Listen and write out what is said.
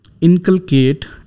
inculcate